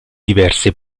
diverse